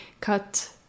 cut